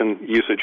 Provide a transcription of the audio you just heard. usage